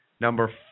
Number